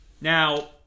Now